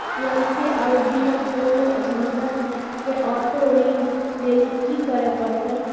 तुरन्ते आरु बिना कोनो झंझट के आटो ऋण लेली कि करै पड़तै?